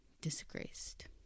disgraced